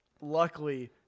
Luckily